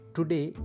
Today